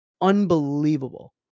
unbelievable